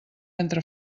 entre